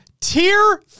Tier